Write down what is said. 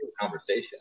conversation